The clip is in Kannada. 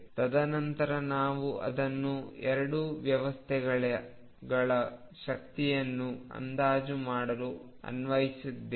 ತದನಂತರ ನಾವು ಅದನ್ನು ಎರಡು ವ್ಯವಸ್ಥೆಗಳ ಶಕ್ತಿಯನ್ನು ಅಂದಾಜು ಮಾಡಲು ಅನ್ವಯಿಸಿದ್ದೇವೆ